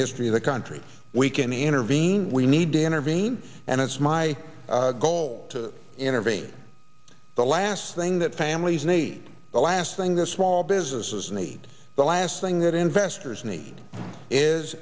history of the country we can intervene we need to intervene and it's my goal to intervene the last thing that families need the last thing the small businesses need the last thing that investors ne